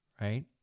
right